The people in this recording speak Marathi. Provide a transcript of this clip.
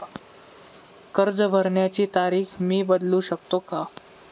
कर्ज भरण्याची तारीख मी बदलू शकतो का?